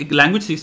language